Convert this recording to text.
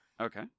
Okay